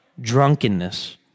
drunkenness